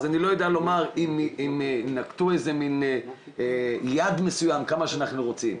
אז אני לא יודע לומר אם נקטו יעד מסוים וכמה אנחנו רוצים.